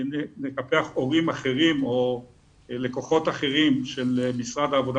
'נקפח הורים אחרים או לקוחות אחרים של משרד העבודה